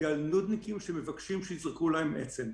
כעל נודניקים שמבקשים שיזרקו להם עצם.